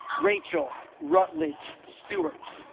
rachel rutledge stuart's